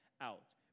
out